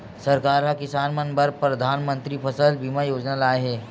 सरकार ह किसान मन बर परधानमंतरी फसल बीमा योजना लाए हे